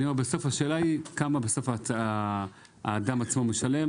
אני אומר שבסוף השאלה היא כמה בסוף האדם עצמו משלם